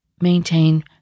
maintain